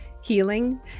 healing